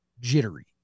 jittery